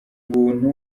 ubuntu